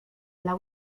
dla